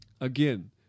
again